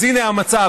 אז הינה המצב.